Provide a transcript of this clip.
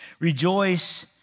rejoice